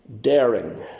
daring